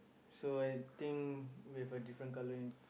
so I think we have a different colour in